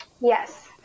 Yes